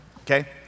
Okay